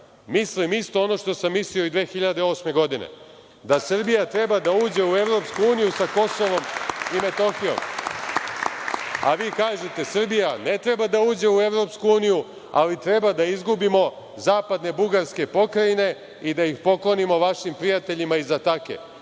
Mislim isto ono što sam mislio i 2008. godine, da Srbija treba da uđe u EU sa Kosovom i Metohijom, a vi kažete Srbija ne treba da uđe u EU, ali treba da izgubimo zapadne bugarske pokrajine i da ih poklonimo vašim prijateljima iz Atake.